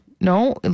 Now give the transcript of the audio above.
no